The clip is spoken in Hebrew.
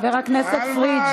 חבר הכנסת פריג'.